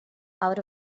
out